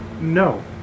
No